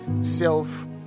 self